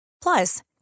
Plus